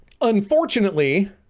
unfortunately